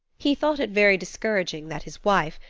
he thought it very discouraging that his wife,